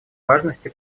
важности